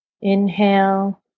Inhale